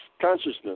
consciousness